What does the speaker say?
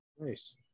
Nice